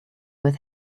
with